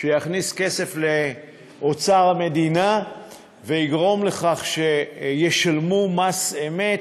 שיכניס כסף לאוצר המדינה ויגרום לכך שישלמו מס אמת.